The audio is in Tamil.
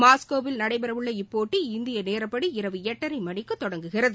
மாஸ்கோவில் நடைபெற உள்ள இப்போட்டி இந்திய நேரப்படி இரவு எட்டரை மணிக்கு தொடங்குகிறது